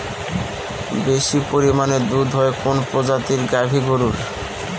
বেশি পরিমানে দুধ হয় কোন প্রজাতির গাভি গরুর?